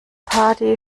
party